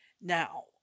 Now